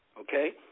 okay